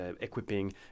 equipping